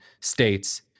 states